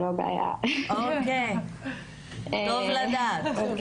טוב לדעת.